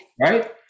right